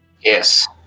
Yes